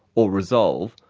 or resolve,